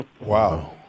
Wow